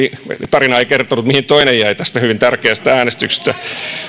tarina ei kertonut mihin toinen jäi tästä hyvin tärkeästä äänestyksestä